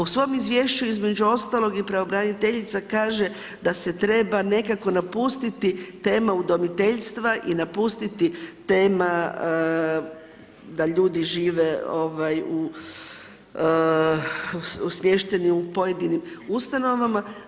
U svom izvješću, između ostalog i Pravobraniteljica kaže da se treba nekako napustiti tema udomiteljstva i napustiti tema da ljudi žive smješteni u pojedinim ustanovama.